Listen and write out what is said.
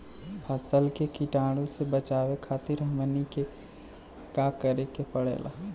फसल के कीटाणु से बचावे खातिर हमनी के का करे के पड़ेला?